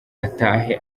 atahe